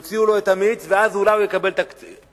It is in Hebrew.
יוציאו לו את המיץ ואז אולי הוא יקבל פיצוי.